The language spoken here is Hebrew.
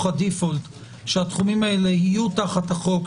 הדיפולט שהתחומים האלה יהיו תחת החוק,